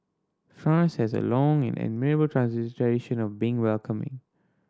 France has a long and admirable of being welcoming